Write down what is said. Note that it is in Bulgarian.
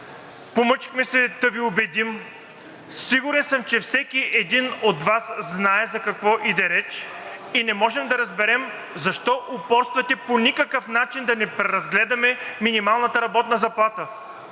помъчихме се да Ви убедим. Сигурен съм, че всеки един от Вас знае за какво иде реч и не можем да разберем защо упорствате по никакъв начин да не преразгледаме минималната работна заплата.